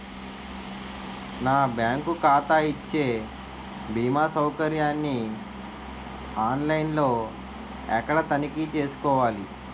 నా బ్యాంకు ఖాతా ఇచ్చే భీమా సౌకర్యాన్ని ఆన్ లైన్ లో ఎక్కడ తనిఖీ చేసుకోవాలి?